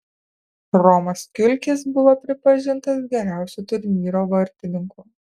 romas kiulkis buvo pripažintas geriausiu turnyro vartininku